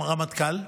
הרמטכ"ל,